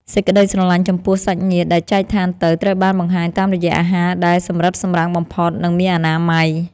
សេចក្តីស្រឡាញ់ចំពោះសាច់ញាតិដែលចែកឋានទៅត្រូវបានបង្ហាញតាមរយៈអាហារដែលសម្រិតសម្រាំងបំផុត និងមានអនាម័យ។